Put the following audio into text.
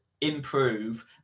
improve